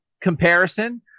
comparison